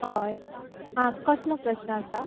हय आं कसलो प्रस्न आसा